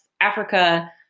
Africa